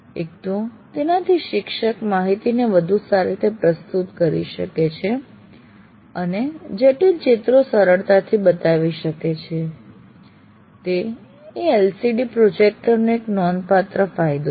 એક તો તેનાથી શિક્ષક માહિતીને વધુ સારી રીતે પ્રસ્તુત કરી શકે છે અને જટિલ ચિત્રો સરળતાથી બતાવી શકે છે તે એ LCD પ્રોજેક્ટર નો એક નોંધપાત્ર ફાયદો છે